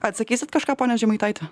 atsakysit kažką pone žemaitaiti